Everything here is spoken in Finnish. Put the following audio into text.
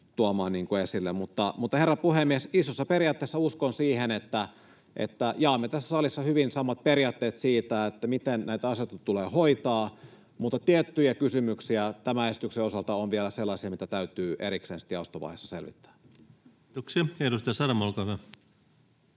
tuomaan esille. Herra puhemies! Isossa periaatteessa uskon siihen, että jaamme tässä salissa hyvin samat periaatteet siitä, miten näitä asioita tulee hoitaa, mutta tiettyjä kysymyksiä tämän esityksen osalta on vielä sellaisia, mitkä täytyy erikseen sitten jaostovaiheessa selvittää. Kiitoksia. — Edustaja Saramo, olkaa hyvä.